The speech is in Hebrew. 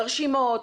מרשימות,